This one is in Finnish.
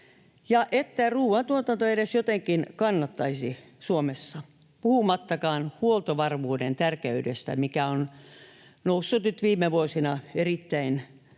että ruuantuotanto edes jotenkin kannattaisi Suomessa, puhumattakaan huoltovarmuuden tärkeydestä, mikä on noussut nyt viime vuosina erittäin